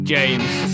James